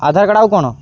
ଆଧାରକାର୍ଡ଼ ଆଉ କ'ଣ